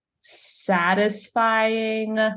satisfying